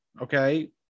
Okay